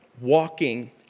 Walking